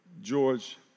George